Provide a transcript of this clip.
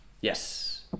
Yes